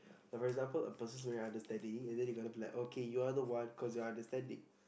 a very example a person who very hard to study and then you gonna play okay you're the one because you are understand it